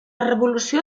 revolució